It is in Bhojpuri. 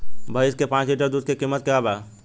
भईस के पांच लीटर दुध के कीमत का बा?